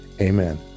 amen